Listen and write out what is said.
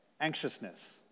Anxiousness